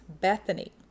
Bethany